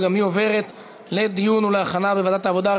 והיא עוברת לדיון בוועדת העבודה,